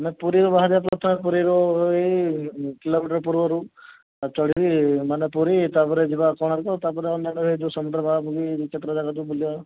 ଆମେ ପୁରୀରୁ ବାହାରିବା ପ୍ରଥମେ ପୁରୀରୁ ଏଇ କିଲୋମିଟର୍ ପୂର୍ବରୁ ରାମଚଣ୍ଡି ମାନେ ପୁରୀ ତା'ପରେ ଯିବା କୋଣାର୍କ ତା'ପରେ ଅନ୍ୟ ଏ ଯେଉଁ ସମୂଦ୍ରଭାଗା ବୁଲିକିରି କେତେଟା ଜାଗା ବୁଲିବା